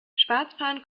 schwarzfahren